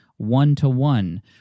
one-to-one